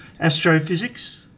astrophysics